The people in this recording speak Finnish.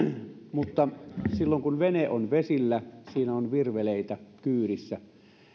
mutta silloin kun vene on vesillä ja siinä on virveleitä kyydissä